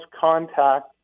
contact